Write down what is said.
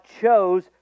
chose